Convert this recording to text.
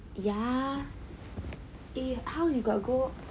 ya eh how you got go